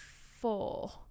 four